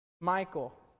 Michael